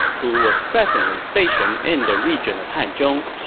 who was presently stationed in the region of hanzhong.